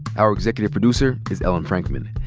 our executive producer is ellen frankman.